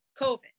COVID